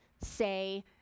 say